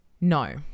No